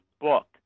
book